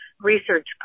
Research